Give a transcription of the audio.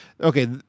Okay